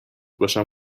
باشم